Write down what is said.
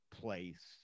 place